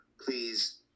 please